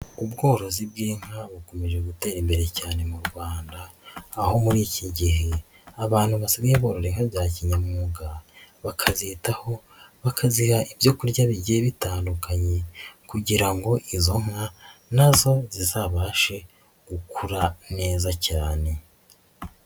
Ubworozi bw'inka bukomeje gutera imbere cyane mu Rwanda, aho muri iki gihe abantu basigaye borora inka bya kinyamwuga, bakazitaho bakaziha ibyokurya bigiye bitandukanye kugira ngo izo nka nazo zizabashe gukura neza cyane.